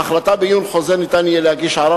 על החלטה בעיון חוזר ניתן יהיה להגיש ערר